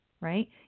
right